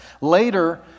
Later